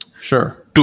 Sure